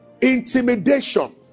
intimidation